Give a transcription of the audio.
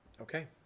Okay